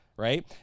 Right